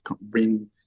bring